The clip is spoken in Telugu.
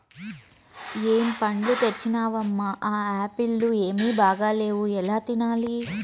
ఏం పండ్లు తెచ్చినవమ్మ, ఆ ఆప్పీల్లు ఏమీ బాగాలేవు ఎలా తినాలి